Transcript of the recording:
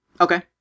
Okay